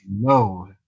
No